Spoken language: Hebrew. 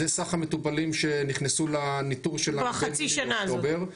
זה סך המטופלים שנכנסו לניטור שלנו בין יולי ואוקטובר,